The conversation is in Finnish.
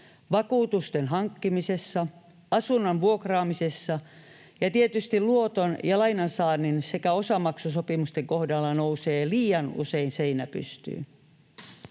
vakuutusten hankkimisessa ja asunnon vuokraamisessa, ja tietysti luoton‑ ja lainansaannin sekä osamaksusopimusten kohdalla nousee liian usein seinä pystyyn.